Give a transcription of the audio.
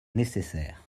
nécessaire